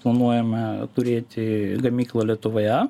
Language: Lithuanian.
planuojame turėti gamyklą lietuvoje